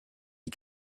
die